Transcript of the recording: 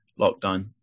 lockdown